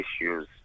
issues